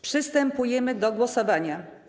Przystępujemy do głosowania.